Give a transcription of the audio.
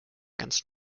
ganz